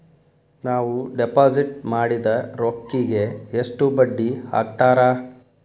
ನಾವು ಡಿಪಾಸಿಟ್ ಮಾಡಿದ ರೊಕ್ಕಿಗೆ ಎಷ್ಟು ಬಡ್ಡಿ ಹಾಕ್ತಾರಾ?